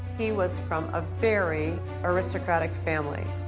he was from a very aristocratic family,